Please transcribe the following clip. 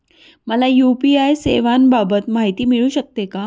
मला यू.पी.आय सेवांबाबत माहिती मिळू शकते का?